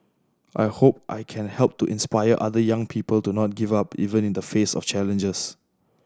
I hope I can help to inspire other young people to not give up even in the face of challenges